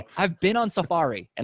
i've been on safari. and